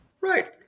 Right